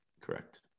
Correct